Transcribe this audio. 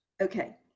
Okay